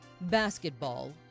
basketball